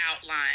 outline